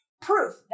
proof